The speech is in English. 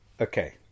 Okay